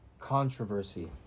controversy